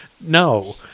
no